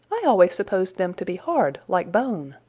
i always supposed them to be hard like bone.